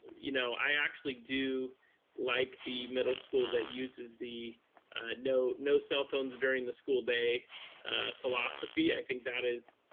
you know, i actually do like the middle school that uses the no no cell phones during the school day philosophy, i think that is,